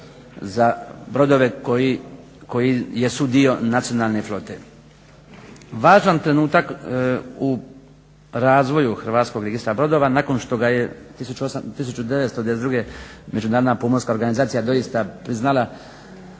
za brodove koji jesu dio nacionalne flote. Važan trenutak u razvoju HRB-a nakon što ga je 1992. Međunarodna pomorska organizacije doista priznala